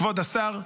כבוד השר,